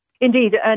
Indeed